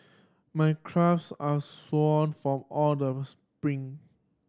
my calves are sore from all the sprint